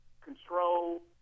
control